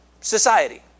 society